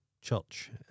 church